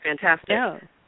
fantastic